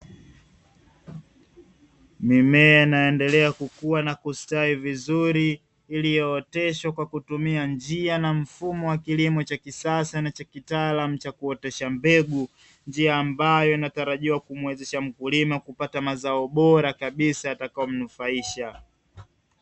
Mimea inayoendelea kukua na kustawi vizuri iliyooteshwa kwa kutumia njia na mfumo wa kilimo cha kisasa na cha kitaalamu cha kuotesha mbegu. Njia ambayo inatarajiwa kumuwezesha mkulima kupata mazao bora kabisa yatakayomnufaisha.